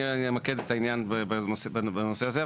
אני אמקד את העניין בנושא הזה,